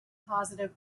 positive